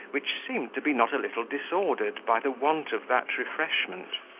which seemed to be not a little disordered by the want of that refreshment.